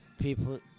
people